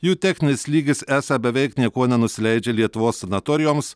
jų techninis lygis esą beveik niekuo nenusileidžia lietuvos sanatorijoms